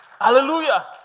Hallelujah